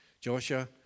Joshua